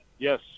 yes